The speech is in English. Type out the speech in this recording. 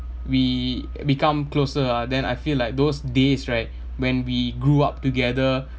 we become closer ah then I feel like those days right when we grew up together